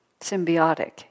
symbiotic